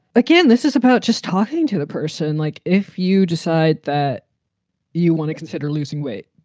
again, this is about just talking to the person. like, if you decide that you want to consider losing weight.